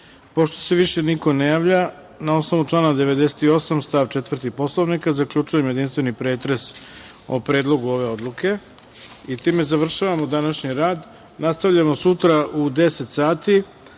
(Ne.)Pošto se više niko ne javlja, na osnovu člana 98. stav 4. Poslovnika, zaključujem jedinstveni pretres o Predlogu ove odluke. Time završavamo današnji rad. Nastavljamo sutra u 10.00